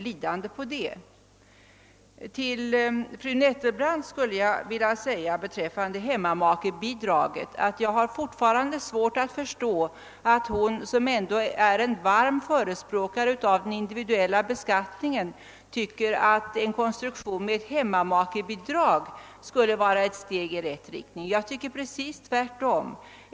Jag kan inte inse att de skulle bli lidande på det. Jag har fortfarande svårt att förstå att fru Nettelbrandt, som ändå är en varm förespråkare för den individuella beskattningen, tycker att en konstruktion med ett hemmamakebidrag skulle vara ett steg i rätt riktning. Jag tycker precis tvärtom.